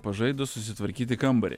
pažaidus susitvarkyti kambarį